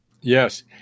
Yes